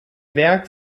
werk